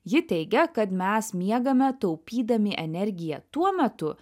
ji teigia kad mes miegame taupydami energiją tuo metu